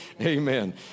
Amen